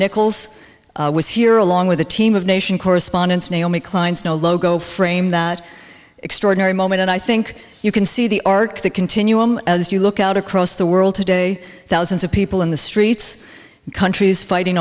nichols was here along with a team of nation correspondents naomi klein's no logo framed that extraordinary moment and i think you can see the arc the continuum as you look out across the world today thousands of people in the streets countries fighting